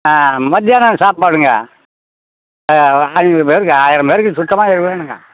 ஆ மத்தியானம் சாப்பாடுங்க ஐந்நூறு பேருக்கு ஆயிரம் பேருக்கு சுத்தமாக இது வேணுங்க